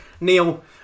Neil